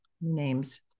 names